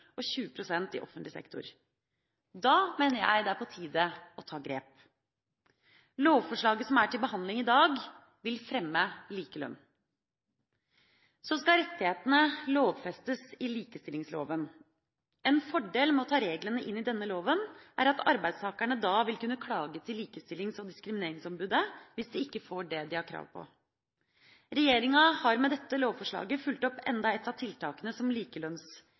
og 20 pst. i offentlig sektor. Da mener jeg det er på tide å ta grep. Lovforslaget som er til behandling i dag, vil fremme likelønn. Så skal rettighetene lovfestes i likestillingsloven. En fordel med å ta reglene inn i denne loven er at arbeidstakerne da vil kunne klage til likestillings- og diskrimineringsombudet hvis de ikke får det de har krav på. Regjeringa har med dette lovforslaget fulgt opp enda et av tiltakene som